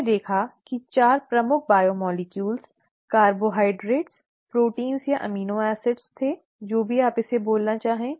हमने देखा कि 4 प्रमुख बायोमोलेक्यूल्स कार्बोहाइड्रेट प्रोटीन या अमीनो एसिड थे जो भी आप इसे बोलना चाहे